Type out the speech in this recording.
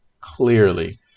clearly